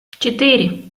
четыре